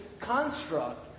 construct